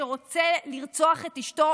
שרוצה לרצוח את אשתו,